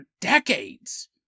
decades